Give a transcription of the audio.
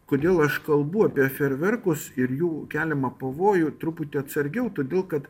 kodėl aš kalbu apie ferverkus ir jų keliamą pavojų truputį atsargiau todėl kad